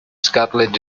scarlett